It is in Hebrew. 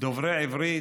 דוברי עברית,